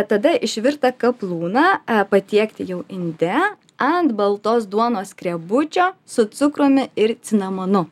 tada išvirtą kaplūną patiekti jau inde ant baltos duonos skrebučio su cukrumi ir cinamonu